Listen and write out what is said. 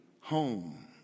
home